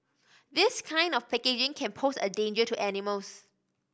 this kind of packaging can pose a danger to animals